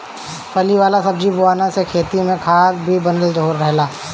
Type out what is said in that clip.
फली वाला सब्जी बोअला से खेत में खाद भी बनल रहेला